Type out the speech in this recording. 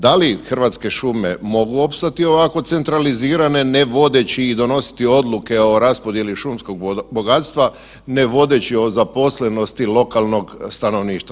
Da li Hrvatske šume mogu opstati ovako centralizirane ne vodeći i donositi odluke o raspodjeli šumskog bogatstva, ne vodeći o zaposlenosti lokalnog stanovništva?